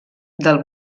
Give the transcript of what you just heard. del